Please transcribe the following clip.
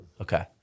Okay